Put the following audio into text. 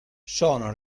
sono